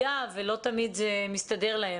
לא בהכרח תעשה את זה.